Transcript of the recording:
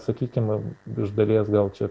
sakykim iš dalies gal čia